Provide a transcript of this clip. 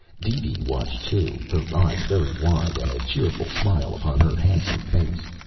deedee watched too, her eyes very wide and a cheerful smile upon her handsome face.